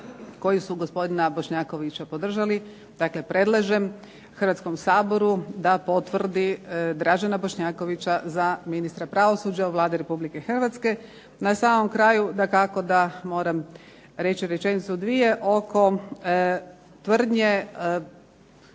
koji su gospodina Bošnjakovića podržali dakle predlažem Hrvatskom saboru da potvrdi Dražena Bošnjakovića da potvrdi za ministra pravosuđa u Vladi Republike Hrvatske. Na samom kraju dakako da moram reći rečenicu dvije oko tvrdnje